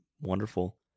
wonderful